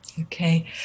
Okay